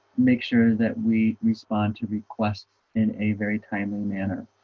make sure that we respond to requests in a very timely manner